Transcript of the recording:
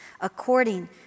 according